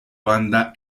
banda